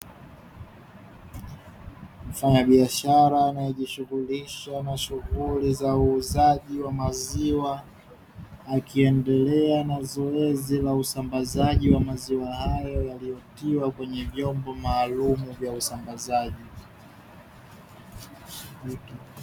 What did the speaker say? Mfanyabiashara anayejishughulisha na shughuli za uuzaji wa maziwa, akiendelea na zoezi la usambazaji wa maziwa hayo yaliyotiwa kwenye vyombo maalumu vya usambazaji.